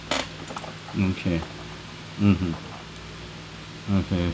okay mmhmm okay